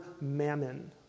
mammon